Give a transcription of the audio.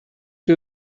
you